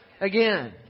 again